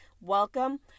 welcome